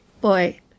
boy